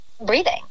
breathing